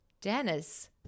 Dennis